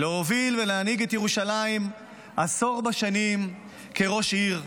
להוביל ולהנהיג את ירושלים עשור כראש עיר,